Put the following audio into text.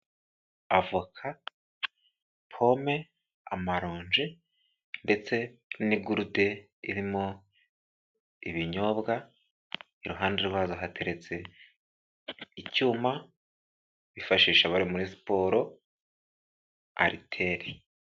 Avoka, pome, amaronji, ndetse n'ingute irimo ibinyobwa, iruhande rwazo hateretse icyuma bifashisha abari muri siporo ariteri.